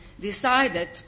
decided